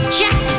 Check